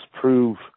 prove